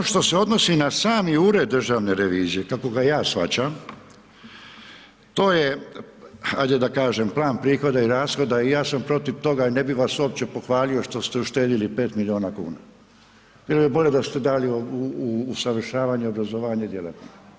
Ono što se odnosi na sami Ured državne revizije, kako ga ja shvaćam, to je ajde da kažem, plan prihoda i rashoda i ja sam protiv toga i ne bi vas uopće pohvalio što ste uštedili 5 milijuna kn, bilo bi bilje da ste dali u usavršavanje, obrazovanje djelatnika.